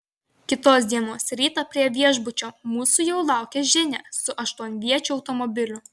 kitos dienos rytą prie viešbučio mūsų jau laukė ženia su aštuonviečiu automobiliu